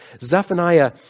Zephaniah